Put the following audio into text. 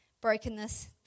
brokenness